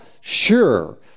sure